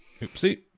Oopsie